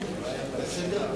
נאמר פה